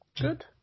Good